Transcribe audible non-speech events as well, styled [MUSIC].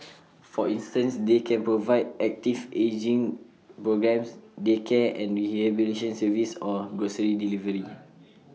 for instance they can provide active ageing programmes daycare and rehabilitation services or grocery delivery [NOISE]